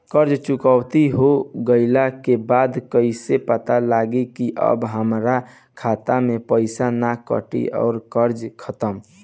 कर्जा चुकौती हो गइला के बाद कइसे पता लागी की अब हमरा खाता से पईसा ना कटी और कर्जा खत्म?